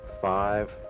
Five